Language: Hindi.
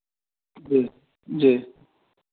जी जी